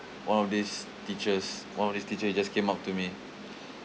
one of these teachers one of this teacher he just came up to me